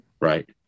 Right